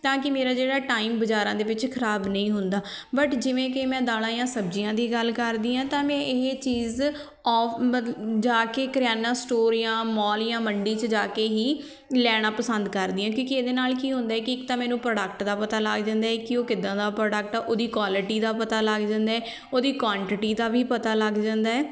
ਤਾਂ ਕਿ ਮੇਰਾ ਜਿਹੜਾ ਟਾਈਮ ਬਾਜ਼ਾਰਾਂ ਦੇ ਵਿੱਚ ਖਰਾਬ ਨਹੀਂ ਹੁੰਦਾ ਬਟ ਜਿਵੇਂ ਕਿ ਮੈਂ ਦਾਲਾਂ ਜਾਂ ਸਬਜ਼ੀਆਂ ਦੀ ਗੱਲ ਕਰਦੀ ਹਾਂ ਤਾਂ ਮੈਂ ਇਹ ਚੀਜ਼ ਔਫ ਮਤ ਜਾ ਕੇ ਕਰਿਆਨਾ ਸਟੋਰ ਜਾਂ ਮੌਲ ਜਾਂ ਮੰਡੀ 'ਚ ਜਾ ਕੇ ਹੀ ਲੈਣਾ ਪਸੰਦ ਕਰਦੀ ਹਾਂ ਕਿਉਂਕਿ ਇਹਦੇ ਨਾਲ ਕੀ ਹੁੰਦਾ ਕਿ ਇੱਕ ਤਾਂ ਮੈਨੂੰ ਪ੍ਰੋਡਕਟ ਦਾ ਪਤਾ ਲੱਗ ਜਾਂਦਾ ਹੈ ਕਿ ਉਹ ਕਿੱਦਾਂ ਦਾ ਪ੍ਰੋਡਕਟ ਆ ਉਹਦੀ ਕੁਆਲਿਟੀ ਦਾ ਪਤਾ ਲੱਗ ਜਾਂਦਾ ਹੈ ਉਹਦੀ ਕੁਆਂਟੀਟੀ ਦਾ ਵੀ ਪਤਾ ਲੱਗ ਜਾਂਦਾ ਹੈ